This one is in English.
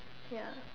ya